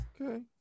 okay